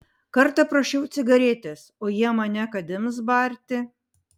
kartą prašiau cigaretės o jie mane kad ims barti